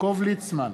יעקב ליצמן,